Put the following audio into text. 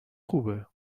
خوبه